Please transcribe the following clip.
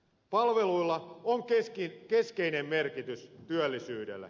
palveluilla on keskeinen merkitys työllisyydelle